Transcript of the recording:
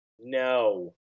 No